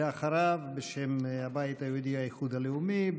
בשם הבית היהודי והאיחוד הלאומי.